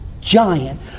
giant